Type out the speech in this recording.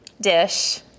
dish